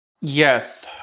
Yes